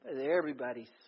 Everybody's